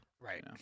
Right